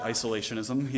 Isolationism